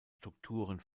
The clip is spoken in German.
strukturen